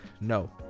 No